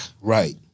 Right